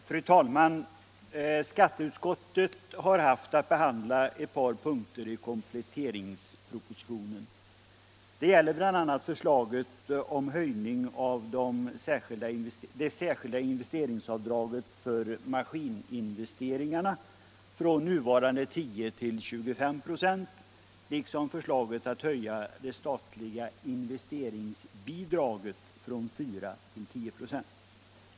Fru talman! Skatteutskottet har haft att behandla ett par punkter i kompletteringspropositionen. Det gäller bl.a. förslaget om höjning av det särskilda investeringsavdraget för maskininvesteringarna från nuvarande 10 till 25 96 liksom förslaget att höja det statliga investeringsbidraget från 4 till 10 96.